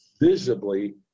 visibly